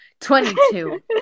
22